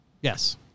Yes